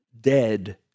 Dead